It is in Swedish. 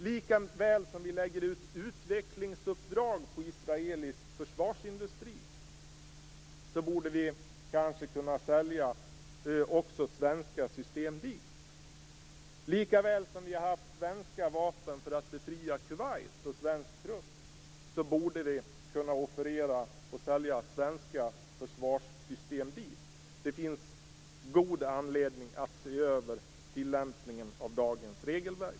Lika väl som vi lägger ut utvecklingsuppdrag på israelisk försvarsindustri borde vi kunna sälja svenska system till Israel. Lika väl som vi har haft svenska vapen för att befria Kuwait och svensk trupp borde vi kunna offerera och sälja svenska försvarssystem dit. Det finns god anledning att se över tillämpningen av dagens regelverk.